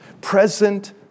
Present